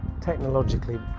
technologically